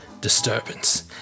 disturbance